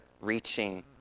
reaching